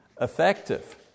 effective